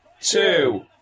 two